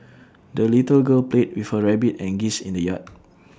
the little girl played with her rabbit and geese in the yard